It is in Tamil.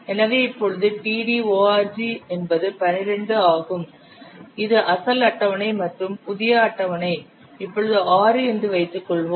எனவே இப்பொழுது td org என்பது 12 ஆகும் இது அசல் அட்டவணை மற்றும் புதிய அட்டவணை இப்பொழுது 6 என்று வைத்துக்கொள்வோம்